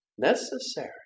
Necessary